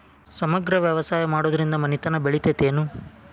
ಸಮಗ್ರ ವ್ಯವಸಾಯ ಮಾಡುದ್ರಿಂದ ಮನಿತನ ಬೇಳಿತೈತೇನು?